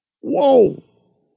Whoa